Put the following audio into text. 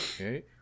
Okay